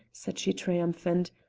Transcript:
said she triumphant.